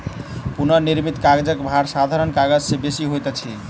पुनःनिर्मित कागजक भार साधारण कागज से बेसी होइत अछि